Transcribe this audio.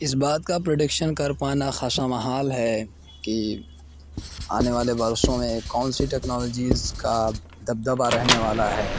اس بات کا پروڈکشن کر پانا خاصا محال ہے کہ آنے والے برسوں میں کون سی ٹیکنالوجیز کا دبدبہ رہنے والا ہے